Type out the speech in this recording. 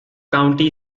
county